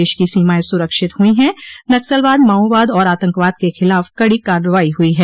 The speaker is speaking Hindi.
देश की सीमाएं सुरक्षित हुई है नक्सलवाद माओवाद और आतंकवाद के खिलाफ कड़ी कार्रवाई हुई है